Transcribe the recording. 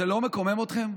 זה לא מקומם אתכם?